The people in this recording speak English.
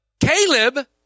Caleb